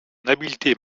habileté